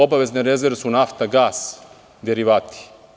Obavezne rezerve su nafta, gas, derivati.